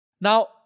Now